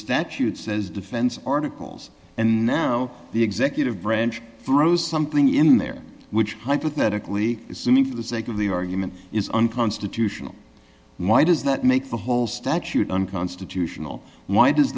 statute says defense articles and now the executive branch throws something in there which hypothetically assuming for the sake of the argument is unconstitutional why does that make the whole statute unconstitutional why does